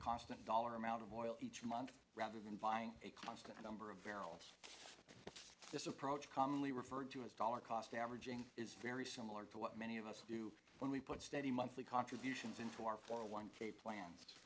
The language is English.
constant dollar amount of oil each month rather than buying a constant number of barrels this approach commonly referred to as dollar cost averaging is very similar to what many of us do when we put steady monthly contributions into our four one k plan